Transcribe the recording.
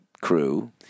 crew